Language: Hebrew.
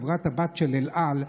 חברת הבת של אל על,